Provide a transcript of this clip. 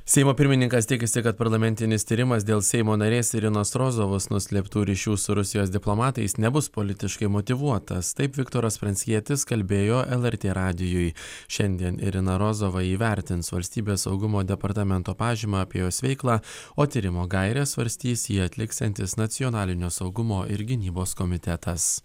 seimo pirmininkas tikisi kad parlamentinis tyrimas dėl seimo narės irinos rozovos nuslėptų ryšių su rusijos diplomatais nebus politiškai motyvuotas taip viktoras pranckietis kalbėjo lrt radijui šiandien irina rozova įvertins valstybės saugumo departamento pažymą apie jos veiklą o tyrimo gaires svarstys jį atliksiantis nacionalinio saugumo ir gynybos komitetas